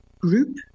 group